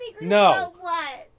no